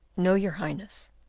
no, your highness!